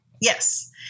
Yes